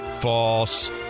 False